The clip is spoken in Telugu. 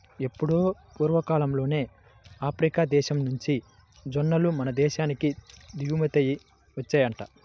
ఎప్పుడో పూర్వకాలంలోనే ఆఫ్రికా దేశం నుంచి జొన్నలు మన దేశానికి దిగుమతయ్యి వచ్చాయంట